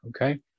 okay